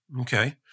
Okay